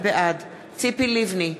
בעד ציפי לבני,